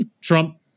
trump